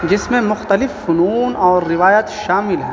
جس میں مختلف فنون اور روایت شامل ہیں